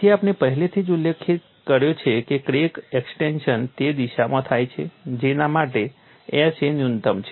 તેથી આપણે પહેલેથી જ ઉલ્લેખ કર્યો છે કે ક્રેક એક્સ્ટેંશન તે દિશામાં થાય છે જેના માટે S એ ન્યૂનતમ છે